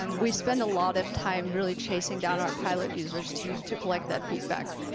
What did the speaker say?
um we spent a lot of time really chasing down our pilot users to to collect that feedback,